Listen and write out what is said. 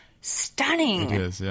stunning